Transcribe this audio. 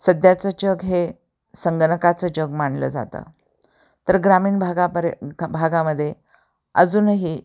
सध्याचं जग हे संगणकाचं जग मानलं जातं तर ग्रामीण भागापरे भागामध्ये अजूनही